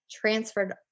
transferred